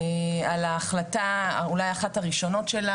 על ההחלטה אולי אחת הראשונות שלה,